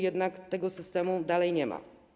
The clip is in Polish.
Jednak tego systemu nadal nie ma.